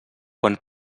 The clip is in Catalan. quan